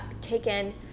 taken